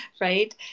right